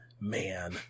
man